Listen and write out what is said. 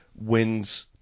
wins